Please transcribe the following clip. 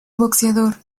boxeador